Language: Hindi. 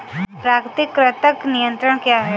प्राकृतिक कृंतक नियंत्रण क्या है?